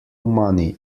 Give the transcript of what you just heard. money